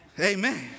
Amen